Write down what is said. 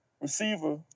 receiver